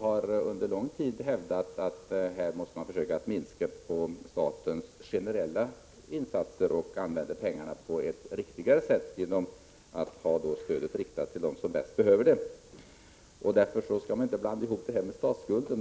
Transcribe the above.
har vi under lång tid hävdat att man här måste försöka att minska statens generella insatser och använda pengarna på ett riktigare sätt genom att ge stödet till dem som bäst behöver det. Därför skall detta inte blandas ihop med frågan om statsskulden.